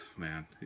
Man